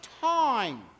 time